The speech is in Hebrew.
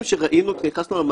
מכירים אותנו בהסתדרות הרפואית,